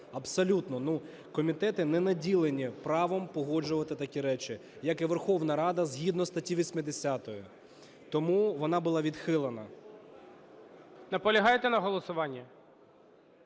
Абсолютно, ну комітети не наділені правом погоджувати такі речі, як і Верховна Рада, згідно статті 80. Тому вона була відхилена. ГОЛОВУЮЧИЙ. Наполягаєте на голосуванні?